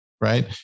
right